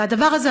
והדבר הזה,